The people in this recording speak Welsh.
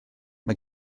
mae